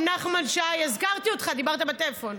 גם נחמן שי, הזכרתי אותך, דיברת בטלפון.